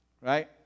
Right